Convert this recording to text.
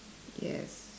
yes